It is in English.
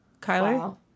Kyler